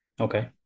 okay